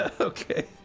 okay